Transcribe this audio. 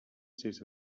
states